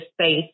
space